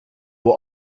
will